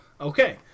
Okay